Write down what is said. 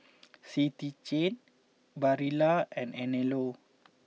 City Chain Barilla and Anello